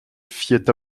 fiait